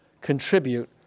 contribute